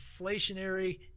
inflationary